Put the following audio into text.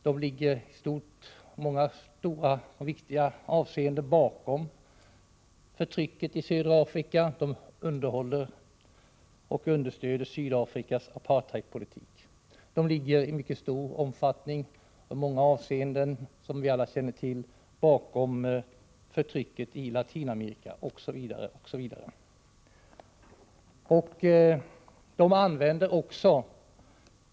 USA ligger i många viktiga avseenden bakom förtrycket i södra Afrika. Man underhåller och understöder Sydafrikas apartheidpolitik. USA ligger också i mycket stor omfattning, som vi alla känner till, bakom förtrycket i Latinamerika, osv.